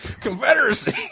Confederacy